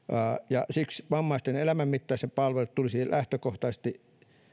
ja siksi vammaisten elämänmittaiset palvelut tulisi lähtökohtaisesti